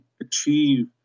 achieve